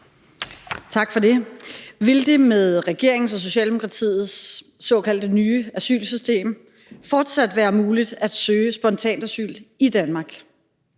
Tak for det. Vil det med regeringens og Socialdemokratiets såkaldte nye asylsystem fortsat være muligt at søge spontant asyl i Danmark?